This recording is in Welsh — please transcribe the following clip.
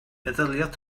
meddyliodd